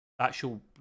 actual